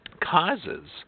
causes